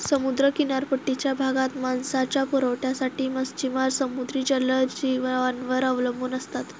समुद्र किनारपट्टीच्या भागात मांसाच्या पुरवठ्यासाठी मच्छिमार समुद्री जलजीवांवर अवलंबून असतात